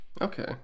Okay